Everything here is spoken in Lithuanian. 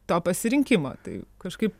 to pasirinkimo tai kažkaip